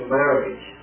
marriage